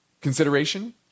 consideration